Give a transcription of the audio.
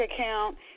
account